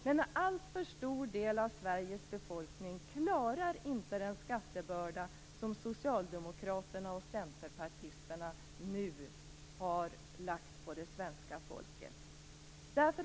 Men en alltför stor del av Sveriges befolkning klarar inte den skattebörda som socialdemokrater och centerpartister nu har lagt på det svenska folket.